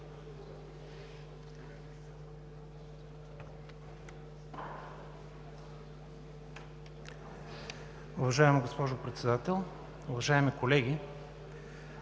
Уважаема госпожо Председател, уважаеми колеги!